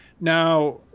Now